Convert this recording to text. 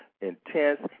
intense